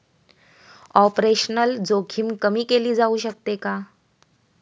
Operational जोखीम कमी केली जाऊ शकते का?